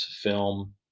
film